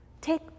Take